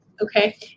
okay